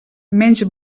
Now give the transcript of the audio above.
menys